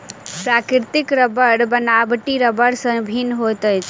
प्राकृतिक रबड़ बनावटी रबड़ सॅ भिन्न होइत अछि